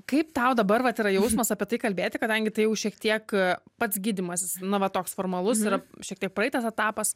kaip tau dabar vat yra jausmas apie tai kalbėti kadangi tai jau šiek tiek pats gydymas na va toks formalus yra šiek tiek praeitas etapas